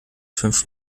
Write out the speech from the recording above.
fünf